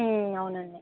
అవునండీ